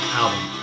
album